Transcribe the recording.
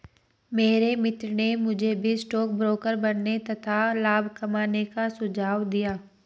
मेरे मित्र ने मुझे भी स्टॉक ब्रोकर बनने तथा लाभ कमाने का सुझाव दिया